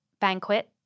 Banquet